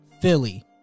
Philly